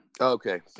Okay